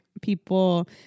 people